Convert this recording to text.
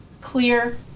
clear